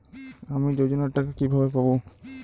আমি যোজনার টাকা কিভাবে পাবো?